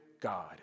God